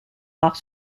marc